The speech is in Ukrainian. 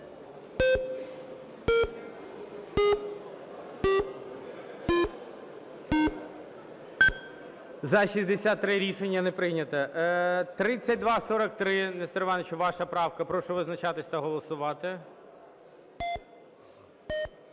За-63 Рішення не прийнято. 3243, Нестор Іванович, ваша правка. Прошу визначатись та голосувати.